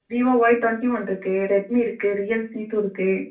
Vivo Y twenty one இருக்குது Redmi இருக்குது Realme C two இருக்குது